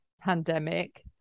pandemic